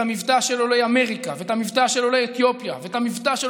המבטא של עולי אמריקה ואת המבטא של עולי אתיופיה ואת המבטא של